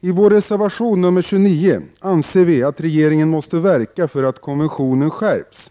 I vår reservation nr 29 skriver vi att regeringen måste verka för att konventionen skärps.